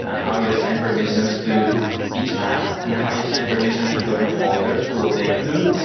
ah how you assign permissions to each app and how you assign permissions to token holders to what they can do,